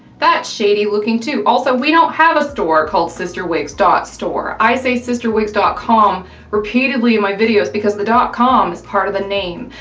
that's shady looking too. also, we don't have a store called cysterwigs store. i say cysterwigs dot com repeatedly in my videos because the dot com is part of the name,